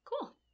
Cool